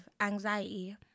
anxiety